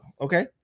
okay